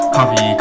Coffee